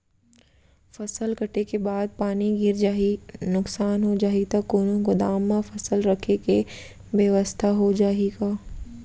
फसल कटे के बाद पानी गिर जाही, नुकसान हो जाही त कोनो गोदाम म फसल रखे के बेवस्था हो जाही का?